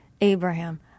Abraham